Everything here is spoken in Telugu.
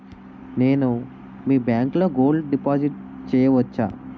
నేను మీ బ్యాంకులో గోల్డ్ డిపాజిట్ చేయవచ్చా?